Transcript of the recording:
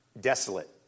desolate